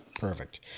Perfect